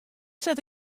set